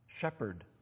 Shepherd